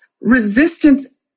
resistance